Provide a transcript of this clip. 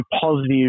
positive